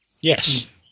Yes